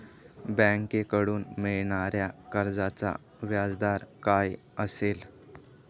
बँकेकडून मिळणाऱ्या कर्जाचा व्याजदर काय असेल?